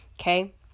okay